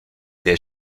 der